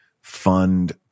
fund